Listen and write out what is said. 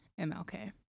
MLK